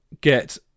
get